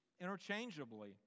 interchangeably